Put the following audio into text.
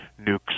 nukes